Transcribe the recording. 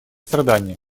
страдания